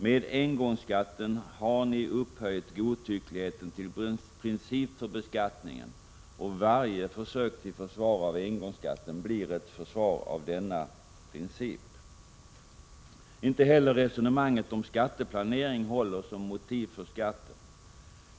Med engångsskatten har socialdemokraterna upphöjt godtyckligheten till princip för beskattningen, och varje försök till försvar av engångsskatten blir ett försvar av denna princip. Inte heller resonemanget om skatteplanering håller som motiv för skatten.